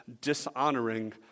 dishonoring